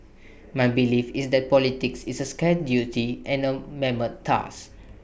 my belief is that politics is A scared duty and A mammoth task